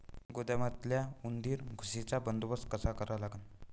गोदामातल्या उंदीर, घुशीचा बंदोबस्त कसा करा लागन?